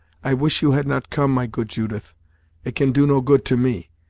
i wish you had not come, my good judith it can do no good to me,